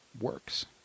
works